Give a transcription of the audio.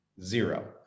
zero